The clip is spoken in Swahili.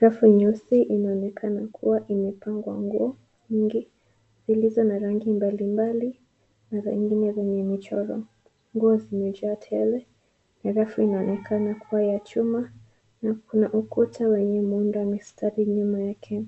Rafu nyeusi inaonekana kuwa imepangwa nguo nyingi zilizo na rangi mbali mbali na zingine zenye michoro. Nguo zimejaa tele na na rafu inaonekana kuwa ya chuma na kuna ukuta wenye muundo mistari nyuma yake